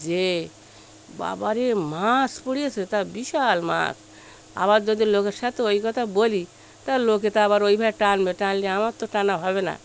যে বাবা রে মাছ পড়িয়েছে তা বিশাল মাছ আবার যদি লোকের সাথে ওই কথা বলি তা হলে লোকে তো আবার ওইভাবে টানবে টানলে আমার তো টানা হবে না